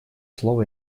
слово